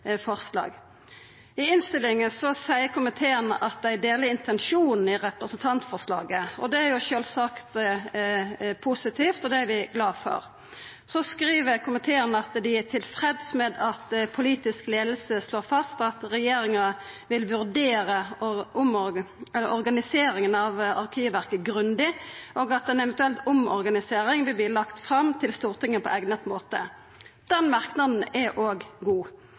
I innstillinga seier komiteen at dei deler intensjonen i representantforslaget. Det er sjølvsagt positivt, og det er vi glade for. Så skriv komiteen at ein er tilfreds med at den politiske leiinga «slår fast at regjeringen vil vurdere organiseringen av Arkivverket grundig, og at en eventuell omorganisering vil bli lagt frem for Stortinget på egnet måte.» Den merknaden er også god,